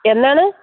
എന്നാണ്